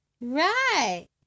Right